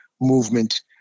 movement